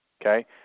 okay